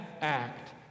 act